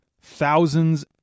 thousands